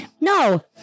no